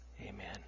Amen